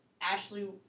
Ashley